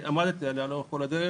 שעמדתי עליה לכול אורך הדרך